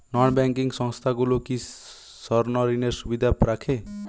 নন banking সংস্থাগুলো কি স্বর্ণঋণের সুবিধা রাখে?